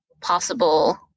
possible